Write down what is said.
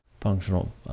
functional